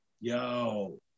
yo